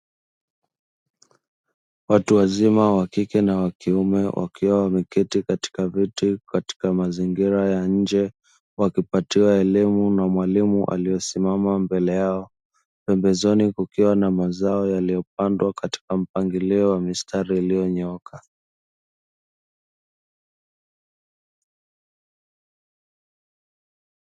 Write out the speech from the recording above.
Watu wazima wa kike na wa kiume wakiwa wameketi katika viti katika mazingira ya nje, wakipatiwa elimu na mwalimu aliosimama mbele yao, pembezoni kukiwa na mazao yaliyopandwa katika mpangilio wa mistari iliyonyooka.